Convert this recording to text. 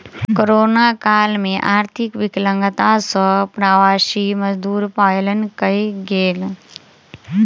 corona काल में आर्थिक विकलांगता सॅ प्रवासी मजदूर पलायन कय गेल